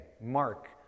Mark